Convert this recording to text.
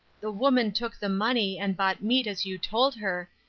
the woman took the money and bought meat as you told her,